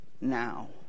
now